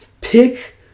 pick